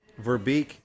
Verbeek